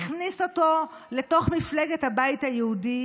הכניס אותו לתוך מפלגת הבית היהודי